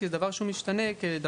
כי זה דבר שמשתנה בשגרה,